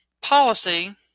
policy